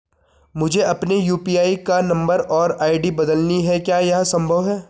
मुझे अपने यु.पी.आई का नम्बर और आई.डी बदलनी है क्या यह संभव है?